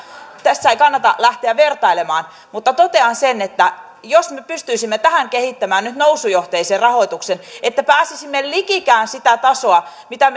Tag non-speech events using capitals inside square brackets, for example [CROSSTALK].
tässä ei kannata lähteä vertailemaan mutta totean sen että jos me pystyisimme tähän kehittämään nyt nousujohteisen rahoituksen että pääsisimme likikään sitä tasoa mitä [UNINTELLIGIBLE]